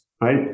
right